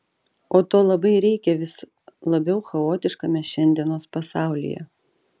o to labai reikia vis labiau chaotiškame šiandienos pasaulyje